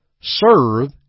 Serve